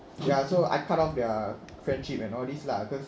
ya so I cut off their friendship and all this lah cause